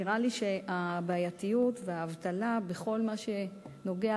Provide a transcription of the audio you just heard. נראה לי שהבעייתיות והאבטלה בכל מה שנוגע